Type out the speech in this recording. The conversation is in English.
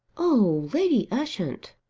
oh, lady ushant!